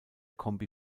kombi